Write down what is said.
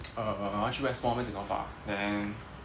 err 我要去 west mall 剪头发 then